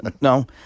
no